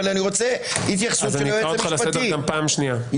אבל אני רוצה התייחסות של היועץ המשפטי.